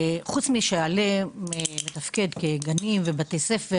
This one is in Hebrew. חוץ מזה שעל"ה מתפקד כגנים ובתי ספר